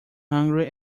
hungry